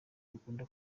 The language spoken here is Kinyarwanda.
bikunda